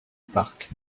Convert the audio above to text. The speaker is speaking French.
park